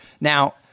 Now